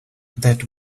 that